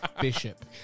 Bishop